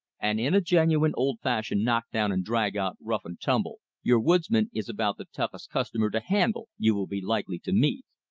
and in a genuine old-fashioned knock-down-and-drag-out rough-and-tumble your woodsman is about the toughest customer to handle you will be likely to meet.